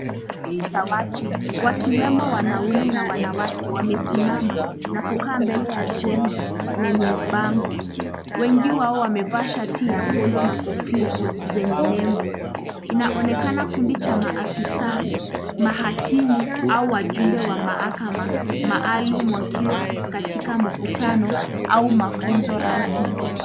Kundi la watu wakiwemo wanaume na wanawake wamesimama na kukaa mbele ya jengo lenye bango wengi wao wamevaa shati ya polo na kofia zenye nembo. Inaonekana kundi cha maafisa, mahakimu au wajumbe wa mahakama maalum wakiwa katika mkutano au mafunzo rasmi.